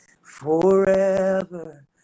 forever